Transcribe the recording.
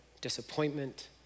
disappointment